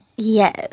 Yes